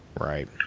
Right